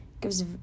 gives